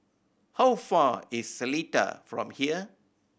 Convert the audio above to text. how far is Seletar from here